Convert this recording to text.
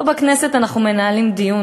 פה בכנסת אנחנו מנהלים דיון,